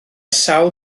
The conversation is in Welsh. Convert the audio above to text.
sawl